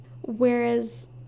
whereas